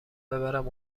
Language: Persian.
ببرم